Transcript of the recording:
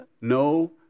no